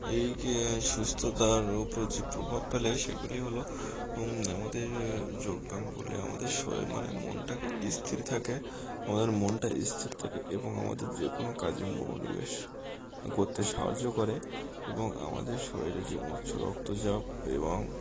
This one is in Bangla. এই যে সুস্থতার উপর যে প্রভাব ফেলে সেগুলি হলো আমাদের যোগব্যায়াম করলে আমাদের শরীর মানে মনটা স্থির থাকে আমাদের মনটা স্থির থাকে এবং আমাদের যে কোনো কাজে মনোনিবেশ করতে সাহায্য করে এবং আমাদের শরীরে যে উচ্চ রক্তচাপ এবং